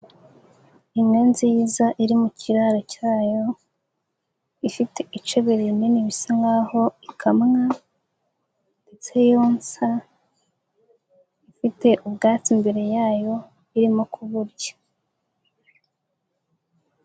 inka nziza iri mu kiraro cyayo, ifite icebe rinini bisa nkaho ikamwa ndetse yonsa, ifite ubwatsi imbere yayo irimo kuburya.